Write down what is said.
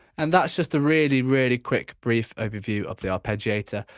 and that's just a really really quick brief overview of the arpeggiator.